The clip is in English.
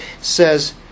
says